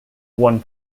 one